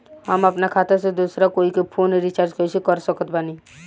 हम अपना खाता से दोसरा कोई के फोन रीचार्ज कइसे कर सकत बानी?